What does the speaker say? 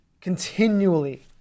continually